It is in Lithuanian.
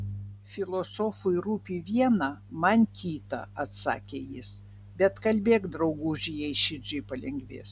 filosofui rūpi viena man kita atsakė jis bet kalbėk drauguži jei širdžiai palengvės